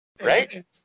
Right